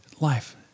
life